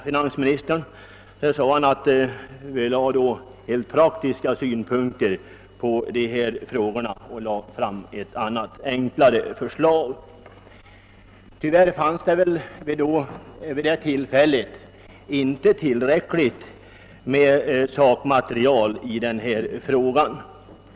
Finansministern anlade därför, som han sade, en del praktiska synpunkter på frågan och lade fram ett annat och enklare förslag. Tyvärr fanns det vid det tillfället inte tillräckligt med sakmaterial i frågan. Vi som kämpade mot skatten på jordbrukstraktorer förlorade.